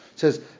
says